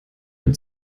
dem